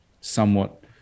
somewhat